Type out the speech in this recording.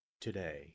today